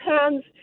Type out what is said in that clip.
hands